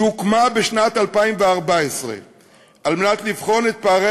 שהוקמה בשנת 2014 על מנת לבחון את פערי